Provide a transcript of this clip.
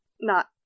not-